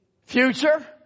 future